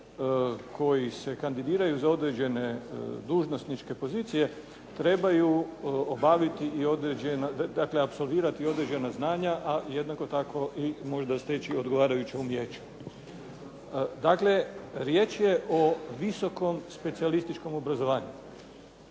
koji se kandidiraju za određene dužnosničke pozicije trebaju obaviti i određena, dakle apsolvirati određena znanja, a jednako tako i možda steći odgovarajuće umijeće. Dakle riječ je o visokom specijalističkom obrazovanju.